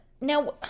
now